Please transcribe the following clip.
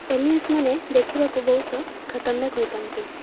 aliens ମାନେ ଦେଖିବାକୁ ବହୁତ ଖତରନାକ ହୋଇଥାନ୍ତି